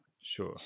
sure